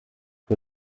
für